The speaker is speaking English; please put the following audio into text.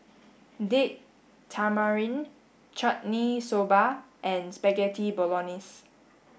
Date Tamarind Chutney Soba and Spaghetti Bolognese